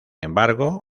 embargo